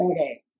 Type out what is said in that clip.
Okay